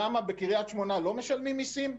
למה, בקריית שמונה לא משלמים מיסים?